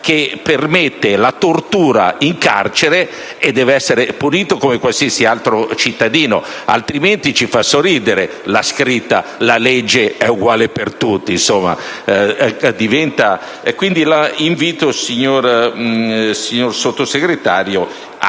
che permetta la tortura in carcere deve essere punita come qualsiasi altro cittadino, altrimenti fa sorridere la scritta «La legge è uguale per tutti». Invito quindi il Sottosegretario a